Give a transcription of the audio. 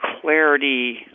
clarity